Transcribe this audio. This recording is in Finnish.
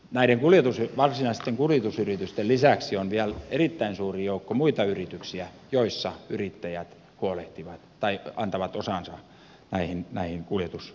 näiden varsinaisten kuljetusyritysten lisäksi on vielä erittäin suuri joukko muita yrityksiä joissa yrittäjät antavat osansa näihin kuljetustehtäviin